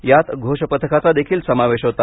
यात घोषपथकाचादेखील समावेश होता